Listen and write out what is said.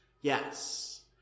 Yes